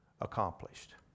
accomplished